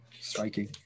striking